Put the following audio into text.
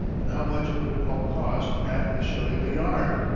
and how much would it all cost at a shilling a yard?